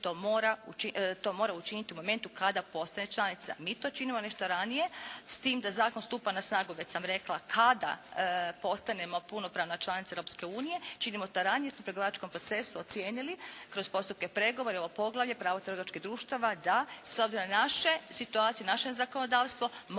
učiniti u momentu kada postane članica. Mi to činimo nešto ranije, s tim da zakon stupa na snagu već sam rekla kada postanemo punopravna članica Europske unije, činimo to ranije jer su u pregovaračkom procesu procijenili kroz postupke pregovora i ovo poglavlje pravo trgovačkih društava da s obzirom na naše situacije, naše zakonodavstvo